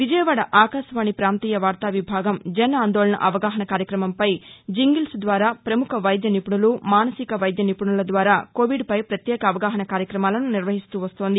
విజయవాడ ఆకాశవాణి పాంతీయ వార్తా విభాగం జన్ అందోళన్ అవగాహన కార్యక్రమంపై జింగిల్స్ ద్వారా ప్రముఖ వైద్య నిపుణులు మానసిక వైద్య నిపుణుల ద్వారా కోవిడ్పై ప్రత్యేక అవగాహన కార్యక్రమాలను నిర్వహిస్తూ వస్తోంది